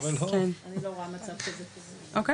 אוקיי.